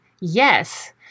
yes